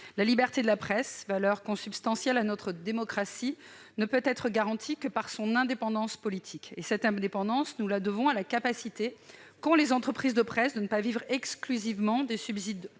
La liberté de la presse, valeur consubstantielle à notre démocratie, ne peut être garantie que par l'indépendance politique des organes. Cette indépendance, nous la devons à la capacité des entreprises de presse de ne pas vivre exclusivement des subsides